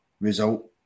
result